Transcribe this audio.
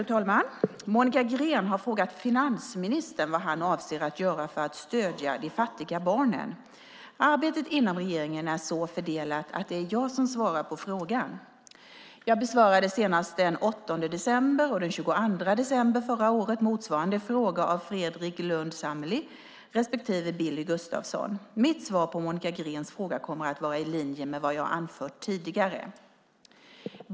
Fru talman! Monica Green har frågat finansministern vad han avser att göra för att stödja de fattiga barnen. Arbetet inom regeringen är så fördelat att det är jag som svarar på frågan. Jag besvarade senast den 8 december och den 22 december förra året motsvarande fråga av Fredrik Lundh Sammeli respektive Billy Gustafsson. Mitt svar på Monica Greens fråga kommer att vara i linje med vad jag anfört tidigare.